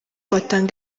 batanga